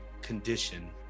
condition